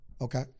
Okay